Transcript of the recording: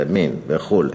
מין וכו'.